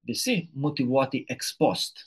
visi motyvuoti ekspost